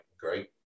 great